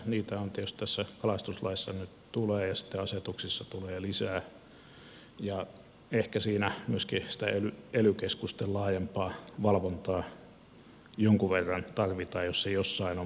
niitä tietysti tässä kalastuslaissa nyt tulee ja sitten asetuksissa tulee lisää ja ehkä siinä myöskin sitä ely keskusten laajempaa valvontaa jonkun verran tarvitaan jos se jossain on puolusteltavissa